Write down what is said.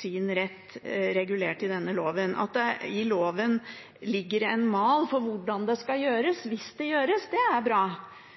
sin rett regulert i denne loven. Det er bra at det i loven ligger en mal for hvordan det skal gjøres, hvis det gjøres, men det neste steget burde også statsråden innse at det er